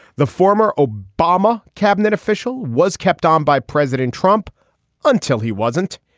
the former obama cabinet official was kept on by president trump until he wasn't.